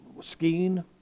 skiing